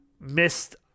missed